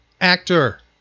Actor